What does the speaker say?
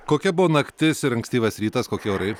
kokia buvo naktis ir ankstyvas rytas kokie orai